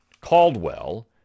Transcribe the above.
Caldwell